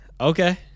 okay